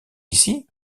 ici